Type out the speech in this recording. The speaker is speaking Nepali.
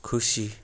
खुसी